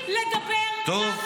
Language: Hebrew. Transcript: שמעתי אותה.